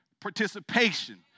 participation